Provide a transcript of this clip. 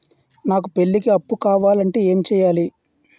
నాకు పెళ్లికి అప్పు కావాలంటే ఏం చేయాలి?